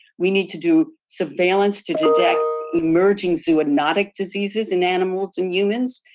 we need to do surveillance to detect emerging zoonotic diseases in animals and humans.